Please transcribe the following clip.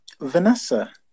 Vanessa